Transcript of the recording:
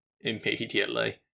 immediately